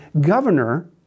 governor